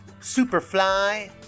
Superfly